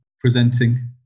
presenting